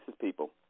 people